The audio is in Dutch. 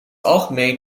algemeen